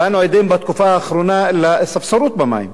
בתקופה האחרונה אנו עדים לספסרות במים.